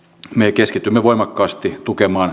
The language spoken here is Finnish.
me keskitymme voimakkaasti tukemaan